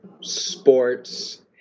sports